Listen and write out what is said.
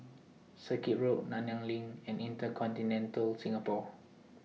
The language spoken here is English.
Circuit Road Nanyang LINK and InterContinental Singapore